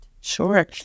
Sure